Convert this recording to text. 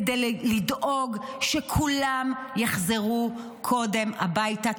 כדי לדאוג שכולם יחזרו קודם הביתה,